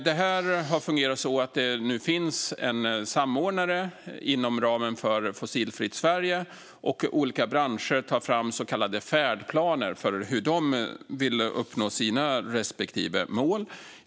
Det har fungerat så att det nu finns en samordnare inom ramen för Fossilfritt Sverige, och olika branscher tar fram så kallade färdplaner för hur de ska uppnå sina respektive mål.